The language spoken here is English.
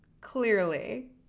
Clearly